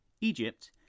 Egypt